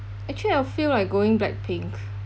actually I feel like going blackpink